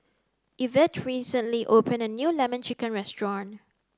Evette recently opened a new Lemon Chicken restaurant